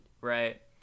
right